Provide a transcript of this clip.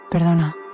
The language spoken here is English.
Perdona